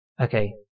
Okay